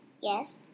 Yes